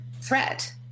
threat